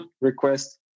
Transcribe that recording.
request